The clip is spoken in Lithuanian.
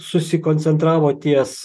susikoncentravo ties